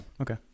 Okay